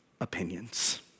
opinions